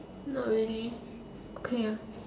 not really okay ah